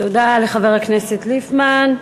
תודה לחבר הכנסת ליפמן.